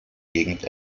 gegend